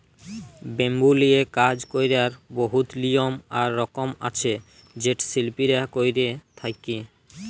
bamboo লিয়ে কাজ ক্যরার বহুত লিয়ম আর রকম আছে যেট শিল্পীরা ক্যরে থ্যকে